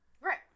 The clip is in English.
Right